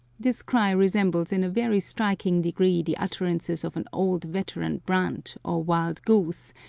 this cry resembles in a very striking degree the utterances of an old veteran brant, or wild-goose,